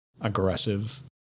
Aggressive